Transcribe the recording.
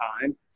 time